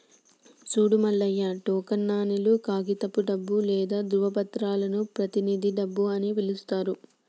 సూడు మల్లయ్య టోకెన్ నాణేలు, కాగితపు డబ్బు లేదా ధ్రువపత్రాలను ప్రతినిధి డబ్బు అని పిలుత్తారు